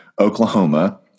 Oklahoma